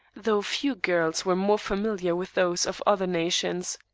though few girls were more familiar with those of other nations.